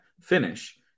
finish